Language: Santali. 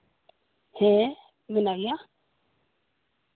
ᱦᱮᱸ ᱢᱮᱱᱟᱜ ᱜᱮᱭᱟ